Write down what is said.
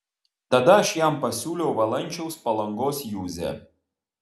tada aš jam pasiūliau valančiaus palangos juzę